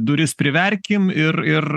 duris priverkim ir ir